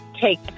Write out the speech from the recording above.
take